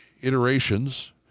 iterations